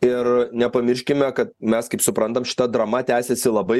ir nepamirškime kad mes kaip suprantam šitą drama tęsiasi labai